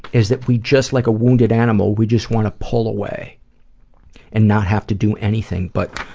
is that we just like a wounded animal. we just want to pull away and not have to do anything but